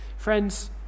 Friends